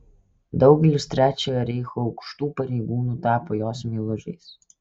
daugelis trečiojo reicho aukštų pareigūnų tapo jos meilužiais